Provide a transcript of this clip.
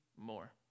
more